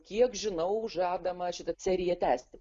kiek žinau žadama šitą seriją tęsti